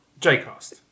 JCast